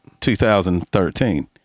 2013